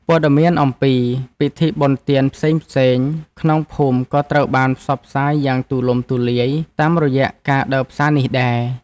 ព័ត៌មានអំពីពិធីបុណ្យទានផ្សេងៗក្នុងភូមិក៏ត្រូវបានផ្សព្វផ្សាយយ៉ាងទូលំទូលាយតាមរយៈការដើរផ្សារនេះដែរ។